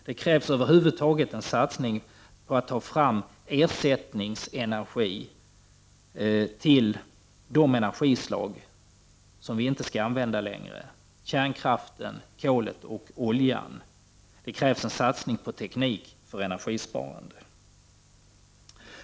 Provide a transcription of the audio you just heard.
Det krävs över huvud taget en satsning på framtagande av energi som ersätter de energislag som inte skall användas längre — kärnkraft, kol och olja. Det krävs en satsning på teknik för energisparande.